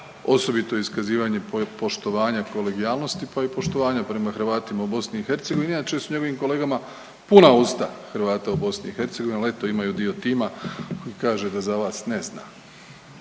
osobito iskazivanje poštovanja i kolegijalnosti, pa i poštovanja prema Hrvatima u BiH, inače su njegovim kolegama puna usta Hrvata u BiH, al eto imaju dio tima koji kaže da za vas ne zna.